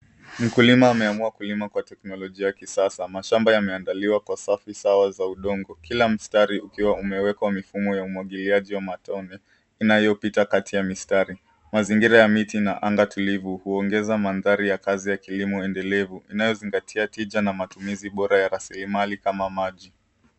Mkulima ameamua kulima kwa teknolojia ya kisasa. Mashamba yameanfaliwa kwa safu za udongo. Kila mstari ukiwa umewekwa mifumo ya umwagiliaji wa matone inayo pita kati ya mistari. Mazingira ya miti na anga tulivu na huongeza mandhari ya kazi ya kilimo endelevu inayozingatia tija na matumizi born ya raslimali kama maji.